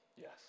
Yes